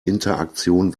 interaktion